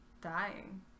dying